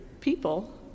people